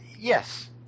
Yes